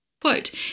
Quote